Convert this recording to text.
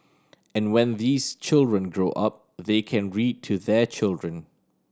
and when these children grow up they can read to their children